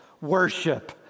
worship